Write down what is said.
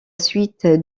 suite